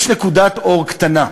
יש נקודת אור קטנה.